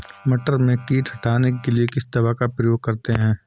मटर में कीट हटाने के लिए किस दवा का प्रयोग करते हैं?